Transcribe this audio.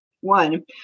one